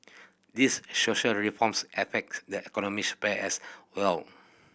these social reforms affect the economic sphere as well